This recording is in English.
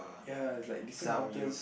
ya like different mountains